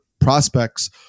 prospects